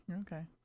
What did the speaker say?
Okay